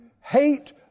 Hate